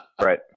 Right